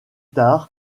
tard